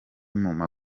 muma